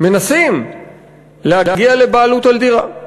שמנסים להגיע לבעלות על דירה,